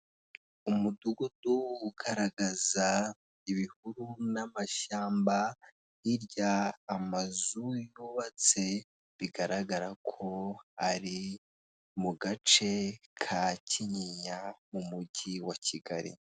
umudugudu ugaragaza ibihuru n'amashyamba hirya y’ amazu yubatse, bigaragara ko ari mu gace ka kinyinya mu mujyi wa kigali.